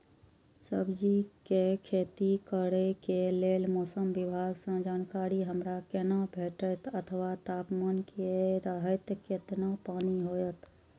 सब्जीके खेती करे के लेल मौसम विभाग सँ जानकारी हमरा केना भेटैत अथवा तापमान की रहैत केतना पानी होयत?